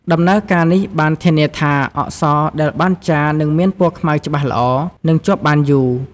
ដំណើរការនេះបានធានាថា អក្សរដែលបានចារនឹងមានពណ៌ខ្មៅច្បាស់ល្អ និងជាប់បានយូរ។